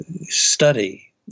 study